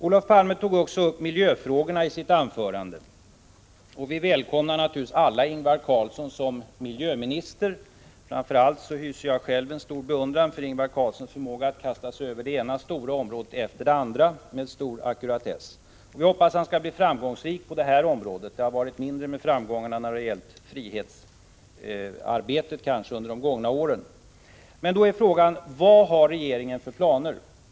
Olof Palme tog också upp miljöfrågorna i sitt anförande. Vi välkomnar naturligtvis alla Ingvar Carlsson som miljöminister. Själv hyser jag stor beundran för Ingvar Carlssons förmåga att med stor ackuratess kasta sig över det ena stora området efter det andra. Vi hoppas att han skall bli framgångsrik på detta område — framgångarna har kanske varit mindre när det gällt frihetsarbetet under de gångna åren. Men då är frågan: Vad har regeringen för planer?